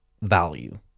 value